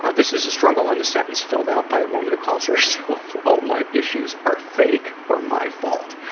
ah this is a struggle in a sentence filled out by a woman who calls herself all my issues are fake or my fault.